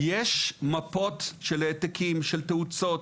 יש מפות של העתקים, של תאוצות,